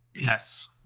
Yes